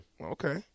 Okay